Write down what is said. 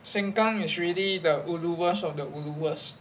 sengkang is really the uluest of the uluest